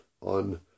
on